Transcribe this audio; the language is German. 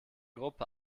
gruppe